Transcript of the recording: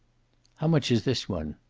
how much is this one?